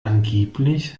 angeblich